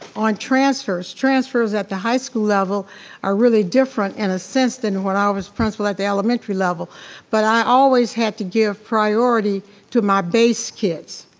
on transfers. transfers at the high school level are really different in a sense than what i was principal at the elementary level but i always had to give priority to my base kids.